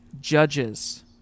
Judges